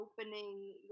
opening